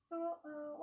so uh what else